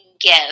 give